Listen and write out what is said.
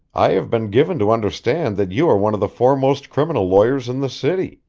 i have been given to understand that you are one of the foremost criminal lawyers in the city.